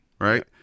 right